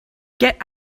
get